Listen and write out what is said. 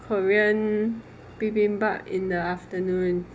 korean bibimbap in the afternoon